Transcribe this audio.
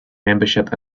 membership